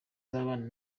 z’abana